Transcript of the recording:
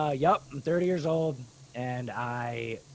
ah yup. i'm thirty years old and i